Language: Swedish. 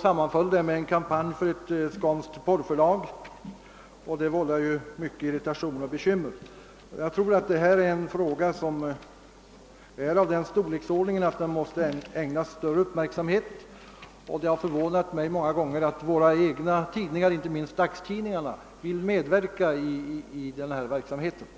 sammanföll med en kampanj som ett skånskt porrförlag genomförde, och detta vållade mycken irritation. Herr talman! Jag anser att denna fråga är av sådan storleksordning att den måste ägnas större uppmärksamhet, och det har många gånger förvånat mig att våra egna tidningar — inte minst dags tidningarna — vill deltaga i den verksamhet som bedrivs på området.